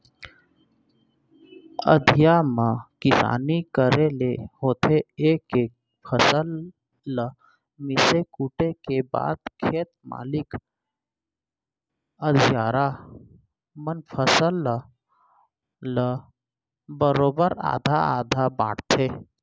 अधिया म किसानी करे ले होथे ए के फसल ल मिसे कूटे के बाद खेत मालिक अधियारा मन फसल ल ल बरोबर आधा आधा बांटथें